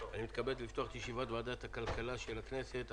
אני מתכבד לפתוח את ישיבת ועדת הכלכלה של הכנסת.